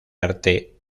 arte